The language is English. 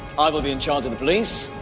i will be in charge of the police,